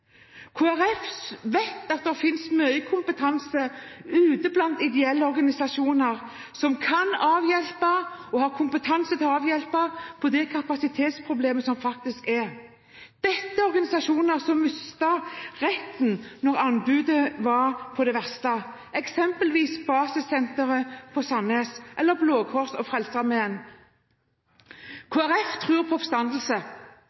Kristelig Folkeparti vet at det finnes mye kompetanse ute blant ideelle organisasjoner som kan avhjelpe, og som har kompetanse til å avhjelpe det kapasitetsproblemet som faktisk er. Dette er organisasjoner som mistet retten da anbudsprosessen var på det verste, eksempelvis Basissenteret i Sandnes eller Blå Kors og Frelsesarmeen.